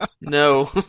No